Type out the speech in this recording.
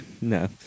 No